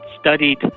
studied